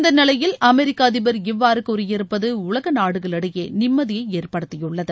இந்த நிலையில் அமெரிக்க அதிபர் இவ்வாறு கூறியிருப்பது உலக நாடுகளிடையே நிம்மதியை ஏற்படுத்தியுள்ளது